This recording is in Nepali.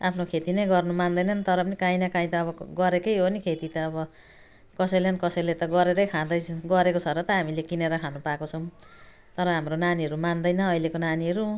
आफ्नो खेती पनि गर्नु मान्दैनन् तर पनि काहीँ न काहीँ त अब गरेकै हो नि खेती त अब कसैले न कसैले त अब गरेरै खाँदैछन् गरेको छ र त हामी किनेर खानु पाएको छौँ तर हाम्रो नानीहरूले मान्दैन अहिलेको नानीहरू